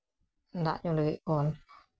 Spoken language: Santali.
ᱫᱟᱜ ᱧᱩ ᱞᱟᱹᱜᱤᱫ ᱠᱚᱞ